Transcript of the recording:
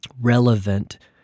relevant